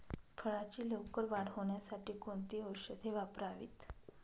फळाची लवकर वाढ होण्यासाठी कोणती औषधे वापरावीत?